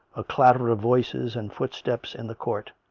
a clatter of voices and footsteps in the court